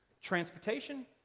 Transportation